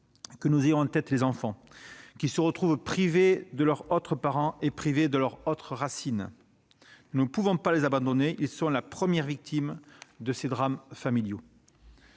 que nous ayons en tête les enfants qui se retrouvent privés de leur autre parent, privés de leurs autres racines. Nous ne pouvons pas les abandonner. Ils sont les premières victimes de ces drames familiaux.